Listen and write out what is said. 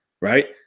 right